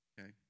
okay